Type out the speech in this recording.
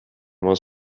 was